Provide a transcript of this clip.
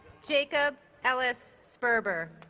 jacob ellis sperber